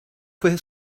fue